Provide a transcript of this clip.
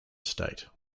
state